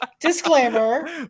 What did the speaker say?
Disclaimer